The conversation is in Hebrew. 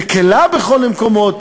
מקלה בכל מיני מקומות.